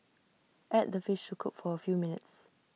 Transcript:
add the fish to cook for A few minutes